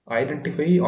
identify